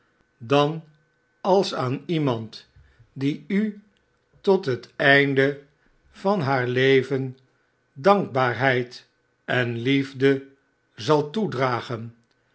dan als aan iemand die u tot het einde van haar leven dankbaarheid en liefde zal toedragen